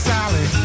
Sally